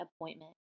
appointment